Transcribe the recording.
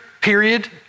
period